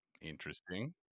interesting